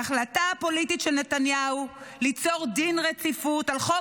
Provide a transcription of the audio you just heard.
ההחלטה הפוליטית של נתניהו ליצור דין רציפות על חוק